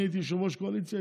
אני הייתי יושב-ראש קואליציה,